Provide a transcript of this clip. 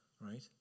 right